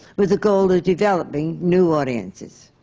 with a goal of developing new audiences.